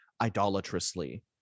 idolatrously